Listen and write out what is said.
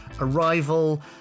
Arrival